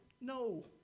No